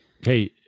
Hey